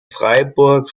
freiburg